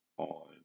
On